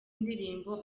indirimbo